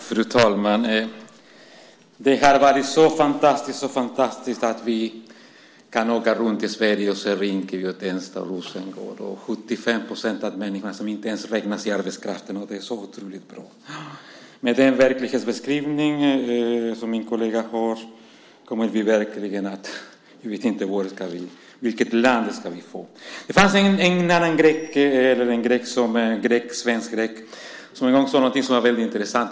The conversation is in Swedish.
Fru talman! Det har varit så fantastiskt, så fantastiskt att vi kan åka runt i Sverige och se Rinkeby, Tensta och Rosengård, där 75 % av människorna inte ens räknas in i arbetskraften, och det är så otroligt bra. Ja, med den verklighetsbeskrivning som min kollega gör kan man fråga sig vilket land vi ska få. Det fanns en annan grek, en svensk grek, som en gång sade någonting som var väldigt intressant.